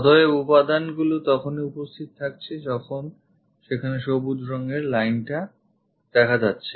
অতএব উপাদানগুলি তখনই উপস্থিত থাকছে যখন সেখানে সবুজ রঙের lineটা দেখা যাচ্ছে